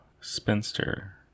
spinster